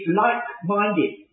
like-minded